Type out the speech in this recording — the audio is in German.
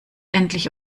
endlich